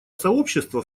сообщества